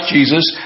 Jesus